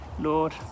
Lord